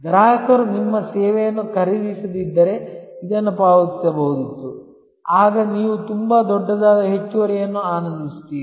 ಗ್ರಾಹಕರು ನಿಮ್ಮ ಸೇವೆಯನ್ನು ಖರೀದಿಸದಿದ್ದರೆ ಇದನ್ನು ಪಾವತಿಸಬಹುದಿತ್ತು ಆಗ ನೀವು ತುಂಬಾ ದೊಡ್ಡದಾದ ಹೆಚ್ಚುವರಿವನ್ನು ಆನಂದಿಸುತ್ತೀರಿ